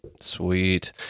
Sweet